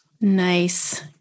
Nice